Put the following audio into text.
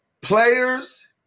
players